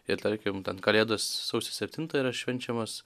ir tarkim ten kalėdos sausio septintą yra švenčiamos